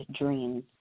dreams